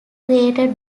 created